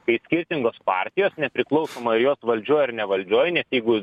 kai skirtingos partijos nepriklausomai ar jos valdžioj ar ne valdžioj nes jeigu